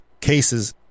cases